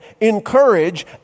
encourage